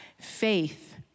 Faith